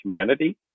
humanity